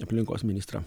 aplinkos ministrą